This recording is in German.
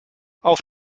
auf